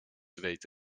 zweet